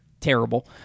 Terrible